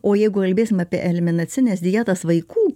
o jeigu kalbėsim apie eliminacines dietas vaikų